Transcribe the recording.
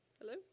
Hello